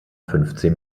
fünfzehn